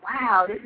wow